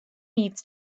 needs